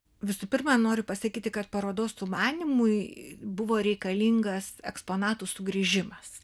visų pirma noriu pasakyti kad parodos sumanymui buvo reikalingas eksponatų sugrįžimas